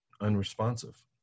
unresponsive